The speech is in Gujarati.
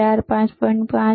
4 5